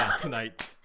tonight